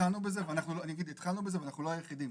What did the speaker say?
התחלנו בזה ואנחנו לא היחידים,